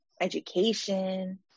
education